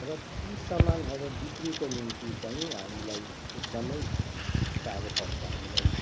र ती सामानहरू बिक्रीको निम्ति चाहिँ हामीलाई एकदमै साह्रो पर्छ हामीलाई